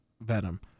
venom